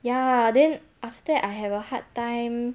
ya then after that I have a hard time